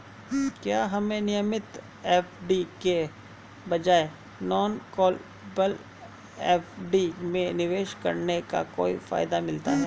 क्या हमें नियमित एफ.डी के बजाय नॉन कॉलेबल एफ.डी में निवेश करने का कोई फायदा मिलता है?